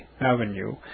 Avenue